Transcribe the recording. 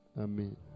Amen